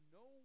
no